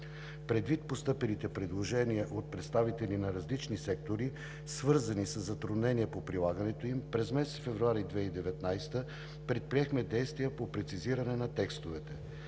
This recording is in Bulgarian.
Предвид постъпилите предложения от представители на различни сектори, свързани със затруднения по прилагането им, през месец февруари 2019 г. предприехме действия по прецизиране на текстовете.